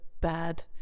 bad